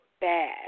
bad